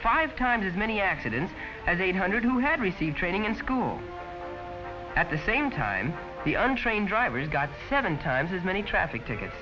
five times as many accidents as eight hundred who had received training in school at the same time the un train drivers got seven times as many traffic ticket